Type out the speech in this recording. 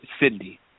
Sydney